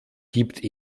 gibt